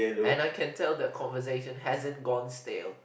and I can tell the conversation hasn't gone still